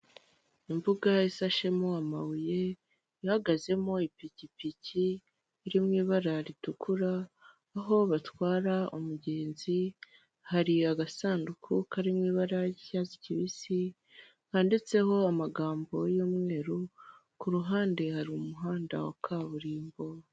Imbuga isashemo amabuye ihagazemo ipikipiki iri mu ibara ritukura, aho batwara umugenzi hari agasanduku karimo ibara ry'icyatsi kibisi handitseho amagambo y'umweru, ku ruhande hari umuhanda wa kaburimbo.